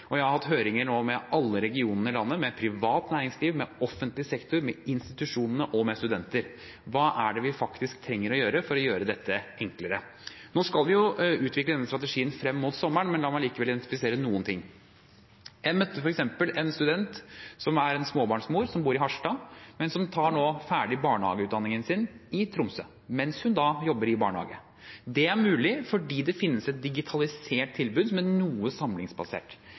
og jeg har nå hatt høringer med alle regionene i landet, med privat næringsliv, med offentlig sektor, med institusjonene og med studenter: Hva er det vi faktisk trenger å gjøre for å gjøre dette enklere? Vi skal jo utvikle denne strategien frem mot sommeren, men la meg likevel få identifisere noe. Jeg møtte f.eks. en student som er småbarnsmor, som bor i Harstad, men som nå gjør ferdig barnehageutdanningen sin i Tromsø mens hun jobber i barnehage. Det er mulig fordi det finnes et digitalisert tilbud som er noe samlingsbasert.